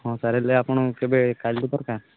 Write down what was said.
ହଁ ସାର୍ ହେଲେ ଆପଣ କେବେ କାଲି ଦରକାର